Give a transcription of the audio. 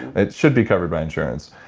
it should be covered by insurance.